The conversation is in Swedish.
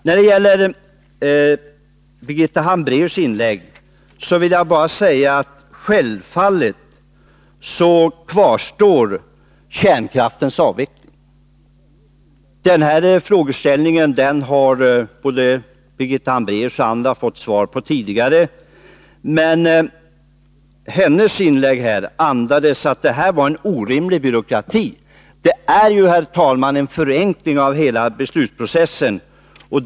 När det gäller Birgitta Hambraeus inlägg vill jag bara säga: Självfallet kvarstår beslutet om kärnkraftens avveckling. Den frågeställningen har både Birgitta Hambraeus och andra fått svar på tidigare, men hennes inlägg andades uppfattningen att förslaget skulle medföra en orimlig byråkrati. Men det innebär, herr talman, en förenkling av hela beslutsprocessen.